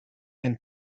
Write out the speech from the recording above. and